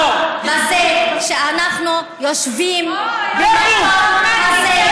בזה שאנחנו יושבים במקום הזה,